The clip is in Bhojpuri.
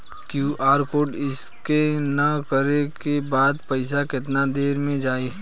क्यू.आर कोड स्कैं न करे क बाद पइसा केतना देर म जाई?